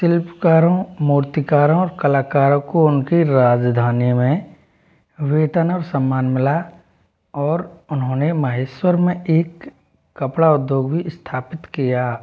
शिल्पकारों मूर्तिकारों और कलाकारों को उनकी राजधानी में वेतन और सम्मान मिला और उन्होंने महेश्वर में एक कपड़ा उद्योग भी स्थापित किया